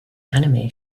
anime